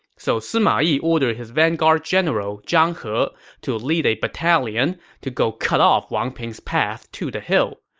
so sima yi ordered his vanguard general zhang he to lead a battalion to go cut off wang ping's path to the hill.